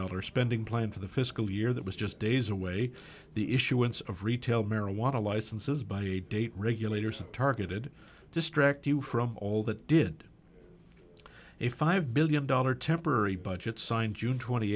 dollars spending plan for the fiscal year that was just days away the issuance of retail marijuana licenses by a date regulators targeted distract you from all that did a five billion dollar temporary budget signed june twenty